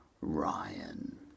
Ryan